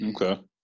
Okay